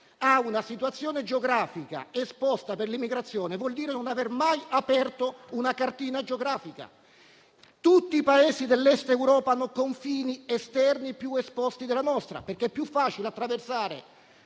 ha una situazione geografica esposta all'immigrazione, vuol dire non aver mai aperto una cartina geografica. Tutti i Paesi dell'Est Europa hanno confini esterni più esposti dei nostri, perché è più facile attraversare